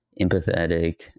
empathetic